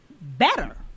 better